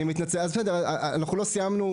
לא סיימנו,